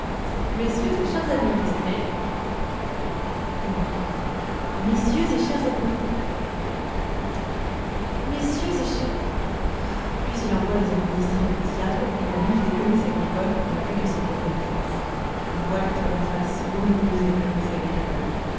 messieurs et chers administrés messieurs et chers admi messieurs et chers puis il envoie les administrés au diable et la muse des comices agricoles n'a plus qu'à se voiler la face voile toi la face ô muse des comices agricoles